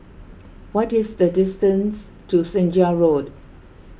what is the distance to Senja Road